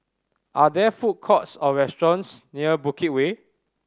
are there food courts or restaurants near Bukit Way